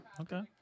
okay